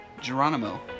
Geronimo